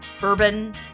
bourbon